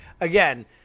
again